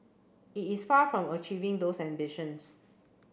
it is far from achieving those ambitions